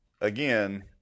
again